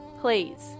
Please